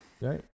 Right